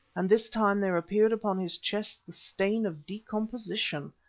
and this time there appeared upon his chest the stain of decomposition.